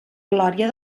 glòria